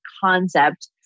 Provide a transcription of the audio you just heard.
concept